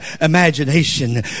imagination